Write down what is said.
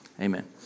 amen